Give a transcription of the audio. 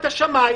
תחת כיפת השמיים,